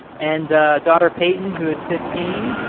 and daughter peyton, who is fifteen,